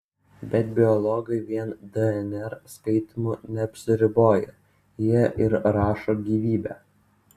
bet biologai vien dnr skaitymu neapsiriboja jie ir rašo gyvybę